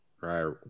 right